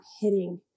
hitting